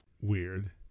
Weird